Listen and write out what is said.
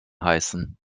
heißen